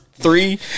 three